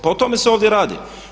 Pa o tome se ovdje radi.